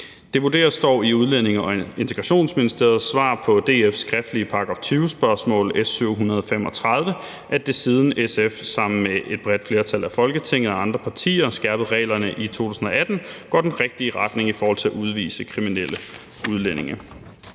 Det vurderes dog i Udlændinge- og Integrationsministeriets svar på DF's skriftlige § 20-spørgsmål nr. S 735, at det, siden SF sammen med andre partier skærpede reglerne i 2018, er gået i den rigtige retning i forhold til at udvise kriminelle udlændinge.